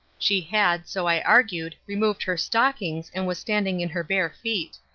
she had, so i argued, removed her stockings and was standing in her bare feet.